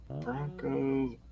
Broncos